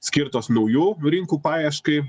skirtos naujų rinkų paieškai